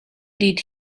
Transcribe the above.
did